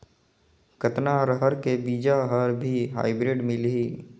कतना रहर के बीजा हर भी हाईब्रिड मिलही?